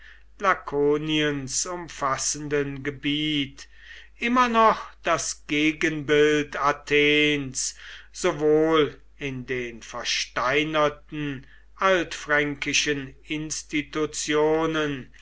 lakoniens umfassenden gebiet immer noch das gegenbild athens sowohl in den versteinerten altfränkischen institutionen